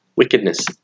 wickedness